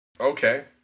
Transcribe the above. Okay